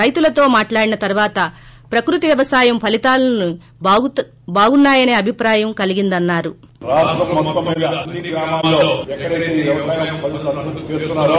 రైతులతో మాట్లాడిన తర్వాత ప్రకృతి వ్యవసాయం ఫరీతాలు బాగున్నాయనే అభిప్రాయం కలిగిందన్నారు